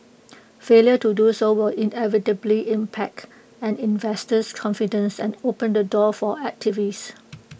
failure to do so will inevitably impact and investor's confidence and open the door for activists